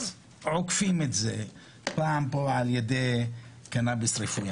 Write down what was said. אז עוקפים את זה פה על ידי קנאביס רפואי.